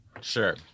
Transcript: Sure